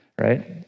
right